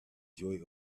joy